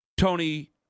Tony